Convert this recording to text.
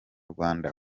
rwanda